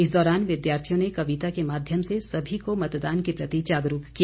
इस दौरान विद्यार्थियों ने कविता के माध्यम से सभी को मतदान के प्रति जागरूक किया